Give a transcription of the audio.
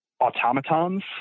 Automatons